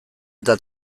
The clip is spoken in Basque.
eta